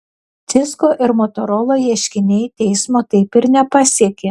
cisco ir motorola ieškiniai teismo taip ir nepasiekė